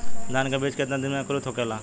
धान के बिज कितना दिन में अंकुरित होखेला?